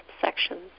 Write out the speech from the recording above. sections